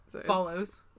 follows